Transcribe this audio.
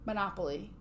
Monopoly